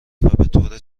بطور